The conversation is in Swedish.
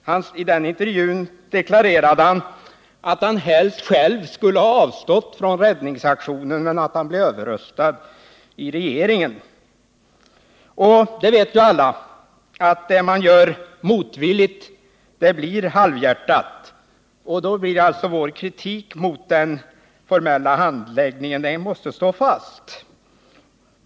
I intervjun deklarerar han att han själv helst skulle ha avstått från räddningsaktionen men att han blev överröstad av regeringen. Alla vet också att det man gör motvilligt blir halvhjärtat. Därför måste vår kritik mot den formella handläggningen stå fast.